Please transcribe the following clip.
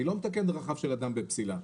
אני לא מתקן דרכיו של אדם בפסילה.